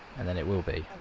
and then it will be.